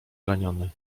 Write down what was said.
raniony